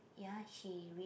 ya she read